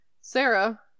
Sarah